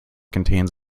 contains